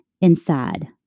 inside